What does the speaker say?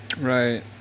Right